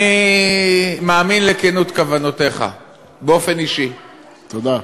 אני מאמין בכנות כוונותיך באופן אישי תודה.